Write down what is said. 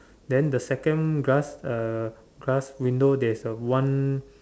then the second glass uh glass window there is a one